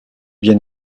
bien